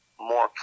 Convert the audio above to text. more